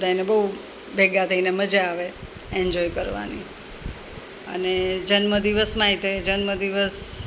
બધાંયણે બહુ ભેગા થઈને મજા આવે એન્જોય કરવાની અને જન્મદિવસ માં તે જન્મદિવસ